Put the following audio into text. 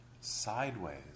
sideways